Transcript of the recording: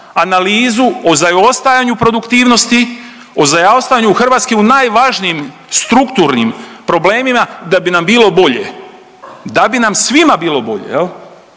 analizu o zaostajanju produktivnosti, o zaostajanju Hrvatske u najvažnijim strukturnim problemima da bi nam bilo bolje, da bi nam svima bilo bolje